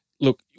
Look